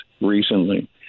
recently